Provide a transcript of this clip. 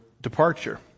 departure